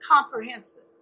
Comprehensive